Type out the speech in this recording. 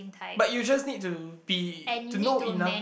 but you just need to be to know enough